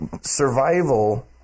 survival